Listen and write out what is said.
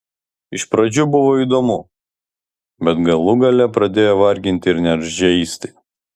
iš pradžių buvo įdomu bet galų gale pradėjo varginti ir net žeisti